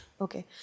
Okay